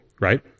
right